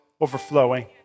overflowing